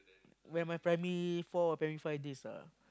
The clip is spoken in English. when my primary four or primary five days ah